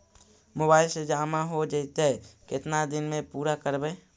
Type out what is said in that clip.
Mobile से जामा हो जैतय, केतना दिन में पुरा करबैय?